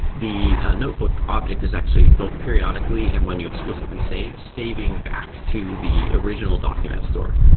the notebook object is actually both periodically and when you explicitly save, saving back to the original document store.